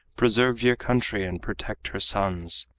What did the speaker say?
preserve your country and protect her sons.